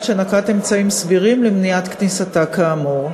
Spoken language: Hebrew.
שנקט אמצעים סבירים למניעת כניסתה כאמור.